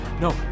No